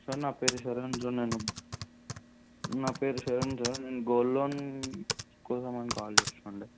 sir నా పేరు Sharan sir నన్ను నా పేరు శరణ్ సార్ నేను గోల్డ్ లోన్ కోసం అని కాల్ చేస్తుండే